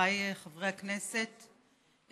חבריי חברי הכנסת,